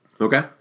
Okay